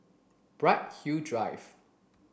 Bright Hill Drive